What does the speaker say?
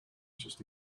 just